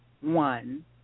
one